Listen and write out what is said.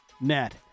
Net